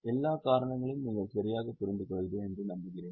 எல்லா காரணங்களையும் நீங்கள் சரியாகப் புரிந்துகொள்கிறீர்கள் என்று நம்புகிறேன்